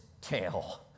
tail